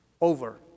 over